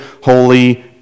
holy